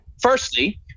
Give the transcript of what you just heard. Firstly